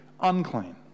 unclean